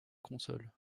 console